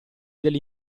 delle